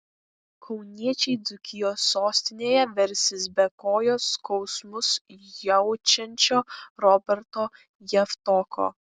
kauniečiai dzūkijos sostinėje versis be kojos skausmus jaučiančio roberto javtoko